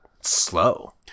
slow